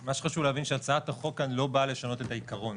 מה שחשוב להבין שהצעת החוק כאן לא באה לשנות את העיקרון.